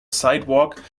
sidewalk